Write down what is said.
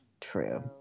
true